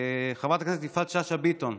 חברת הכנסת יפעת שאשא ביטון,